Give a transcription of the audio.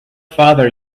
father